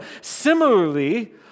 Similarly